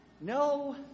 No